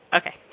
Okay